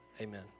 amen